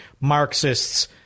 Marxists